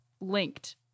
linked